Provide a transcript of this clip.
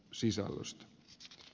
siis joustot